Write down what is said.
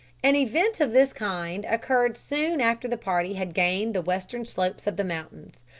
an event of this kind occurred soon after the party had gained the western slopes of the mountains.